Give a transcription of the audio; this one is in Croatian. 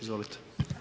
Izvolite.